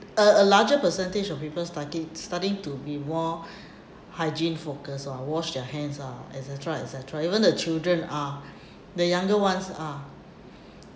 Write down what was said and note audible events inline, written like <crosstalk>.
a a larger percentage of people's target starting to be more <breath> hygiene focus lah wash their hands lah et cetera et cetera even the children are the younger ones are